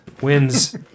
wins